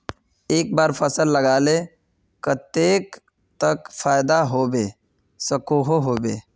एक बार फसल लगाले कतेक तक फायदा होबे सकोहो होबे?